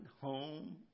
home